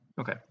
Okay